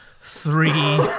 three